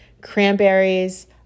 cranberries